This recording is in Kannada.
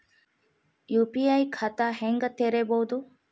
ಯು.ಪಿ.ಐ ಖಾತಾ ಹೆಂಗ್ ತೆರೇಬೋದು?